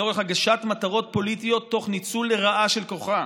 "לצורך השגת מטרות פוליטיות תוך ניצול לרעה של כוחה".